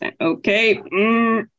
Okay